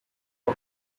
our